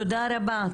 תודה רבה.